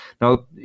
Now